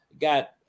got